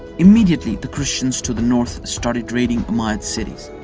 immediately, the christians to the north started raiding umayyad cities.